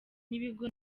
n’ibigo